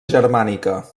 germànica